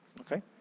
okay